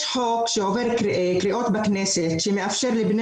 יש חוק שעובר קריאות בכנסת שמאפשר לבני